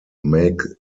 make